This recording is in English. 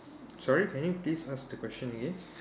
sorry can you please ask the question again